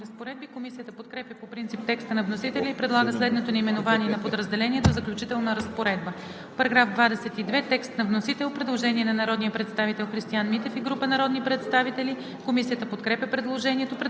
Комисията подкрепя по принцип текста на вносителя и предлага следното наименование на подразделението: „Заключителна разпоредба“. По § 22 има предложение на народния представител Христиан Митев и група народни представители. Комисията подкрепя предложението.